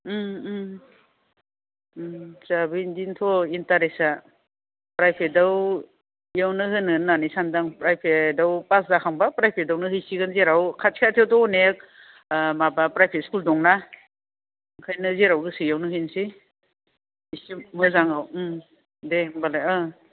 उम उम उम जाहाबो इदिनोथ' इन्टारेस्टआ फ्राइभेटआव बेयावनो होनो होननानै सानदों फ्राइभेटआव पास जाखांबा फ्राइभेटआवनो हैसिगोन जेराव खाथि खाथियावथ' अनेक ओह माबा प्राइभेट स्कुल दं ना ओंखायनो जेराव गोसो इयावनो हैनसै एसे मोजाङाव उम दे होमबालाय ओं